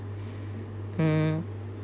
mm